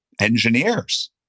engineers